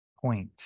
point